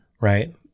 Right